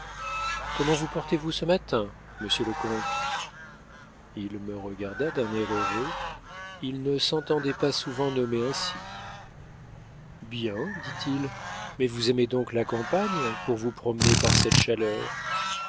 comment vous portez-vous ce matin monsieur le comte il me regarda d'un air heureux il ne s'entendait pas souvent nommer ainsi bien dit-il mais vous aimez donc la campagne pour vous promener par cette chaleur